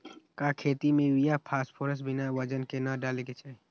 का खेती में यूरिया फास्फोरस बिना वजन के न डाले के चाहि?